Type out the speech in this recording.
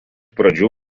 pradžių